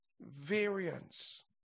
Variance